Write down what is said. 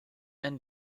and